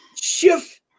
shift